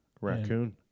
Raccoon